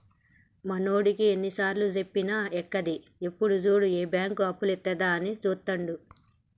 మావోనికి ఎన్నిసార్లుజెప్పినా ఎక్కది, ఎప్పుడు జూడు ఏ బాంకు అప్పులిత్తదా అని జూత్తడు